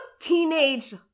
Teenage